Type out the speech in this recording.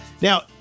Now